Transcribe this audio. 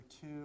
two